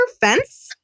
fence